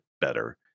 better